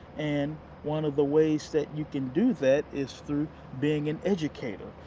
and one of the ways that you can do that is through being an educator.